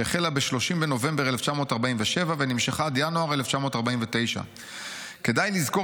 שהחלה ב-30 בנובמבר 1947 ונמשכה עד ינואר 1949. כדאי לזכור